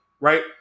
right